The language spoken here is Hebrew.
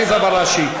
עליזה בראשי.